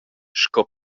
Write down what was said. sco